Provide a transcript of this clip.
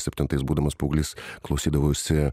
septintais būdamas paauglys klausydavausi